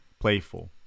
playful